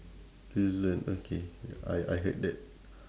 reason okay I I heard that